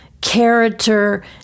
character